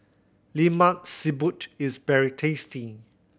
Lemak Siput is very tasty